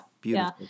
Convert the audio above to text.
Beautiful